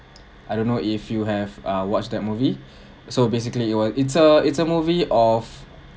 I don't know if you have uh watched that movie so basically you will it's a it's a movie of